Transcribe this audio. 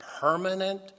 permanent